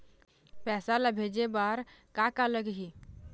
पैसा ला भेजे बार का का लगही?